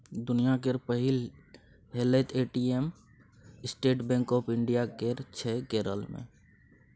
दुनियाँ केर पहिल हेलैत ATM state bank of India केर छै केरल मे